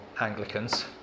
Anglicans